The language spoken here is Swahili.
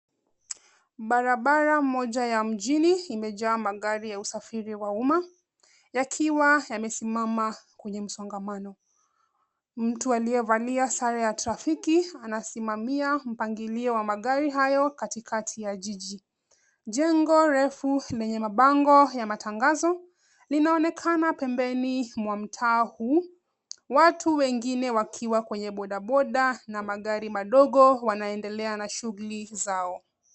Barabara moja ya mjini imejaa magari ya usafiri wa umma yakiwa yamesimama kwenye msongamano. Mtu aliyevalia sare ya trafiki anasimamia mpangilio wa magari hayo katikati ya jiji. Jengo refu lenye mabango ya matangazo linaonekana pembeni mwa mtaa huu, watu wengine wakiwa kwenye bodaboda na magari madogo wanaendelea na shughuli zao.